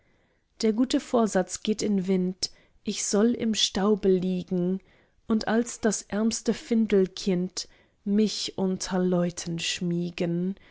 der gute vorsatz geht in wind ich soll im staube liegen und als das ärmste findelkind mich unter leuten schmiegen